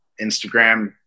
instagram